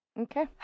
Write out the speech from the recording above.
Okay